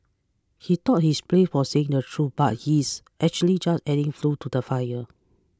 he thought he's brave for saying the truth but he's actually just adding fuel to the fire